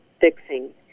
fixing